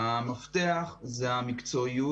המפתח הוא המקצועיות.